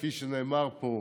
כפי שנאמר פה,